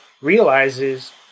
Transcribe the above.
realizes